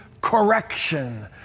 correction